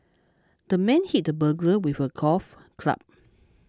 the man hit the burglar with a golf club